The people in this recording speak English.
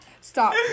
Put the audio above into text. Stop